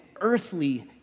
earthly